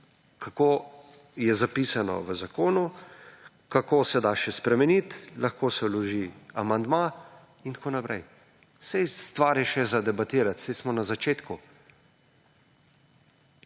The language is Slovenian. kako je zapisano v zakonu, kako se da še spremeniti. Lahko se vloži amandma in tako naprej. Saj stvar je še za debatirati, saj smo na začetku.